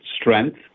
strength